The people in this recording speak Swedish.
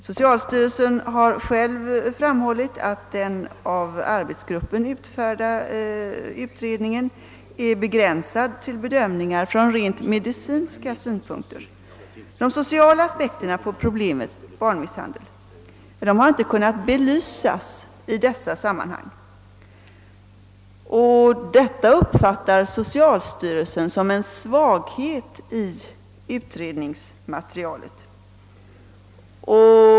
Socialstyrelsen har själv framhållit att den av arbetsgruppen gjorda utredningen är begränsad till bedömningar från rent medicinska synpunkter. De sociala aspekterna på problemet barnmisshandel har inte kunnat belysas i dessa sammanhang. Detta uppfattar socialstyrelsen som en svaghet i utredningsmaterialet.